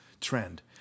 trend